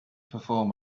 perform